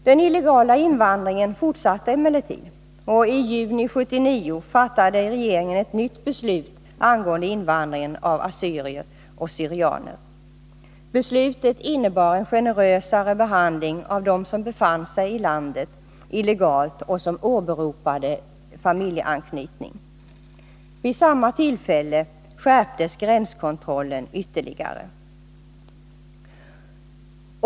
Den illegala invandringen fortsatte emellertid, och i juni 1979 fattade regeringen ett nytt beslut angående invandringen av assyrier och syrianer. Beslutet innebar en generösare behandling av dem som befann sig i landet illegalt och som åberopade familjeanknytning. Vid samma tillfälle skärptes gränskontrollen ytterligare.